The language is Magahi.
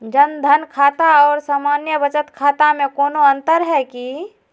जन धन खाता और सामान्य बचत खाता में कोनो अंतर है की?